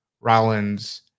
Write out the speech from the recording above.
Rollins